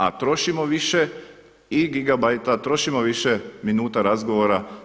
A trošimo više i gigabajta, trošimo više minuta razgovora.